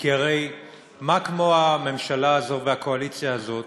כי הרי מה כמו הממשלה הזאת והקואליציה הזאת